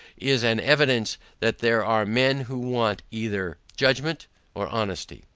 is an evidence that there are men who want either judgment or honesty.